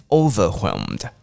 overwhelmed